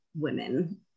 women